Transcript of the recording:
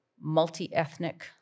multi-ethnic